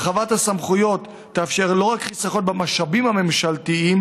הרחבת הסמכויות לא רק תאפשר חיסכון במשאבים הממשלתיים